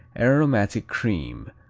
aromatic cream,